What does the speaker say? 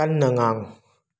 ꯀꯟꯅ ꯉꯥꯡꯉꯨ